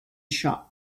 shop